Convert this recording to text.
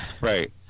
Right